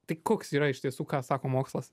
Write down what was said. tai koks yra iš tiesų ką sako mokslas